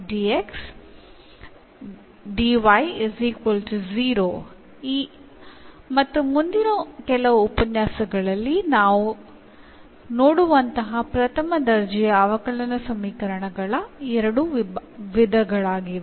ಈ ಮತ್ತು ಮುಂದಿನ ಕೆಲವು ಉಪನ್ಯಾಸಗಳಲ್ಲಿ ಇವು ನಾವು ನೋಡುವಂತಹ ಪ್ರಥಮ ದರ್ಜೆಯ ಅವಕಲನ ಸಮೀಕರಣಗಳ ಎರಡು ವಿಧಗಳಾಗಿವೆ